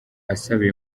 asaba